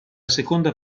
seconda